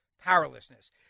powerlessness